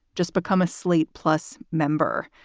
just become a slate plus member.